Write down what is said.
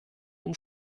uns